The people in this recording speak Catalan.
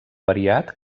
variat